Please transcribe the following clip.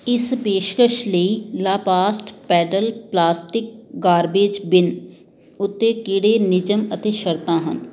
ਇਸ ਪੇਸ਼ਕਸ਼ ਲਈ ਲਾਪਾਸਟ ਪੈਡਲ ਪਲਾਸਟਿਕ ਗਾਰਬੇਜ ਬਿਨ ਉੱਤੇ ਕਿਹੜੇ ਨਿਯਮ ਅਤੇ ਸ਼ਰਤਾਂ ਹਨ